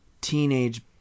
teenage